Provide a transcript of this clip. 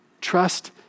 trust